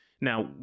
Now